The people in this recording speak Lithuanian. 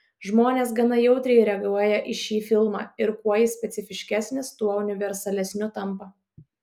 žmonės gana jautriai reaguoja į šį filmą ir kuo jis specifiškesnis tuo universalesniu tampa